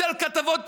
כתבות